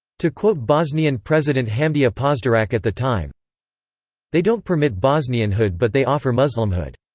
to quote bosnian president hamdija pozderac at the time they don't permit bosnianhood but they offer muslimhood.